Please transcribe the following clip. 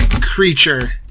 creature